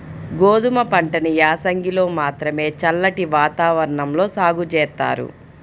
గోధుమ పంటని యాసంగిలో మాత్రమే చల్లటి వాతావరణంలో సాగు జేత్తారు